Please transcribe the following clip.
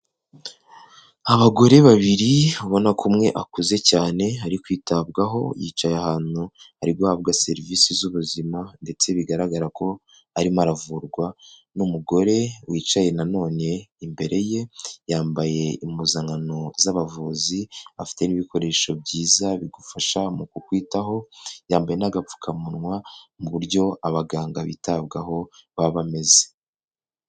Abagore babiri ubona ko umwe akuze cyane, ari kwitabwaho, yicaye ahantu ari guhabwa serivise z'ubuzima ndetse bigaragara ko arimo aravurwa n'umugore wicaye nanone imbere ye, yambaye impuzankano z'abavuzi, afite n'ibikoresho byiza bigufasha mu kukwitaho, yambaye n'agapfukamunwa mu buryo abaganga bitabwaho baba bameze.